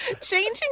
changing